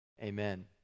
amen